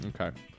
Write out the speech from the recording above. Okay